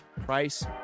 price